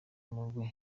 umugwi